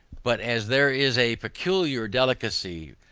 but as there is a peculiar delicacy,